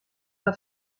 que